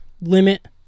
limit